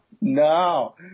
no